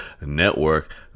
Network